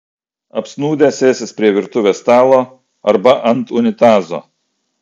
apsnūdę sėsis prie virtuvės stalo arba ant unitazo